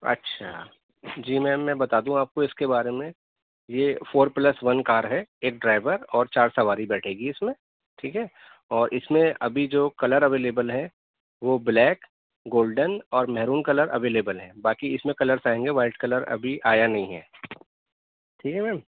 اچھا جی میم میں بتادوں آپ کو اس کے بارے میں یہ فور پلس ون کار ہے ایک ڈرائیور اور چار سواری بیٹھے گی اس میں ٹھیک ہے اور اس میں ابھی جو کلر اویلیبل ہے وہ بلیک گولڈن اور مہرون کلر اویلیبل ہے باقی اس میں کلرس آئیں گے وائٹ کلر ابھی آیا نہیں ہے ٹھیک ہے میم